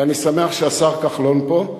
ואני שמח שהשר כחלון פה,